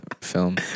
film